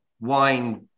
wine